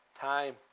time